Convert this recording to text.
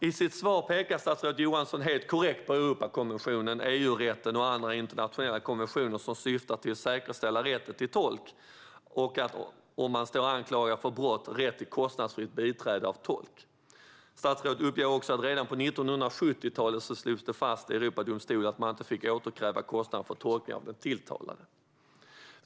I sitt svar pekar statsrådet Johansson helt korrekt på Europakonventionen, EU-rätten och andra internationella konventioner som syftar till att säkerställa rätten till tolk och, om man står anklagad för brott, rätten till kostnadsfritt biträde av tolk. Statsrådet uppger också att det redan på 1970-talet slogs fast i Europadomstolen att man inte fick återkräva kostnad för tolkning av den tilltalade.